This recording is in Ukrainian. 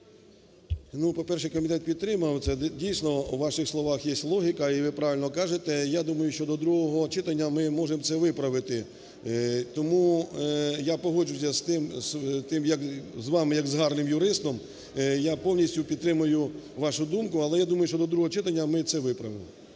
М.П. По-перше, комітет підтримав це. Дійсно у ваших словах є логіка, і ви правильно кажете. Я думаю, що до другого читання ми можемо це виправити. Тому я погоджуюся з тим, з тим як, з вами як з гарним юристом, я повністю підтримую вашу думку, але я думаю, що до другого читання ми це виправимо.